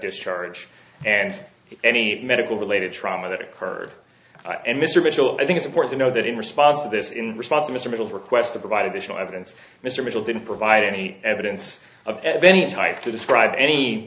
discharge and any medical related trauma that occurred and mr mitchell i think supports you know that in response to this in response to mr mitchell requests to provide additional evidence mr mitchell didn't provide any evidence of any type to describe any